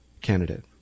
candidate